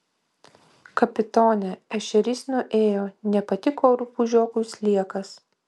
kapitone ešerys nuėjo nepatiko rupūžiokui sliekas